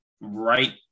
right